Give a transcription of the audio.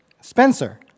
Spencer